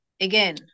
again